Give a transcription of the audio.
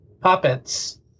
puppets